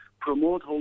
promote